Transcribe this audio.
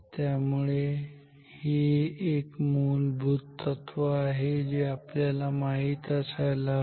त्यामुळे ही एक मूलभूत तत्व आहे जे आपल्याला माहीत असायला हवे